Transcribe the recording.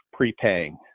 prepaying